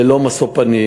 ללא משוא פנים.